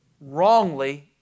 Wrongly